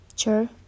Sure